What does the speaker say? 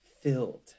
filled